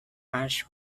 ash